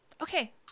Okay